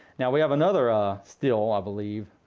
now we have another ah still i believe.